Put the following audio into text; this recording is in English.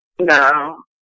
No